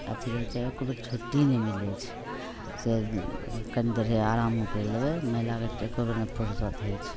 अथी होइ छै एक्को बेर छुट्टी नहि मिलै छै से कनि देर आरामो करि लेबै महिलाके एक्को बेर नहि फुरसति होइ छै